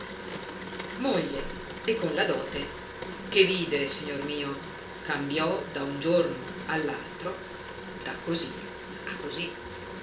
moglie e con la dote che vide signor mio cambiò da un giorno all'altro da così a così